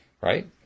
Right